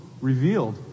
revealed